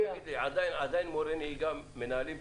הדבר השני הוא שתלמיד שנכשל